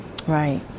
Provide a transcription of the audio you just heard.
right